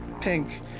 pink